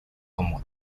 como